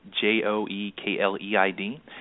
J-O-E-K-L-E-I-D